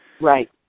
right